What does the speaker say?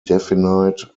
definite